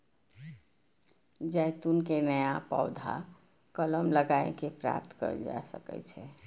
जैतून के नया पौधा कलम लगाए कें प्राप्त कैल जा सकै छै